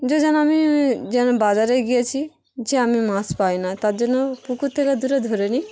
যে যেন আমি যেন বাজারে গিয়েছি যে আমি মাছ পাই না তার জন্য পুকুর থেকে দূরে ধরে নিই